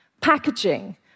Packaging